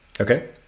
Okay